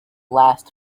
last